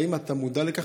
האם אתה מודע לכך?